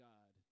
God